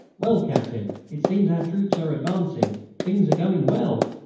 well, captain, it seems our troops are advancing. things are going well!